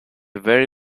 very